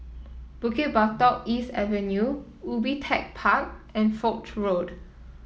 Bukit Batok East Avenue Ubi Tech Park and Foch Road